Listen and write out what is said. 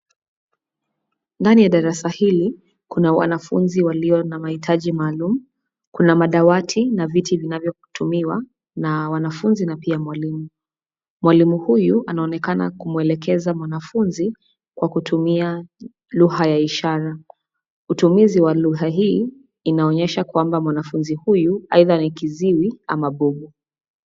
Ndani ya darasa hili kuna wanafunzi walio na mahitahi maalum. Kuna madawati na viti vinavyotumiwa na wanafunzi na pia mwalimu. Mwalimu huyu anaonekana kumwelekeza mwanafunzi kwa kutumia lugha ya ishara. Utumizi wa lugha hii inaonyesha kwamba mwanafunzi huyu aidha ni kiziwi ama bubu.